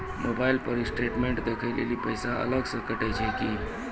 Mobile पर statement देखे लेली पैसा अलग से कतो छै की?